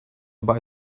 buy